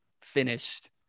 finished